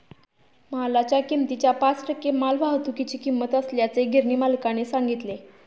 मालाच्या किमतीच्या पाच टक्के मालवाहतुकीची किंमत असल्याचे गिरणी मालकाने सांगितले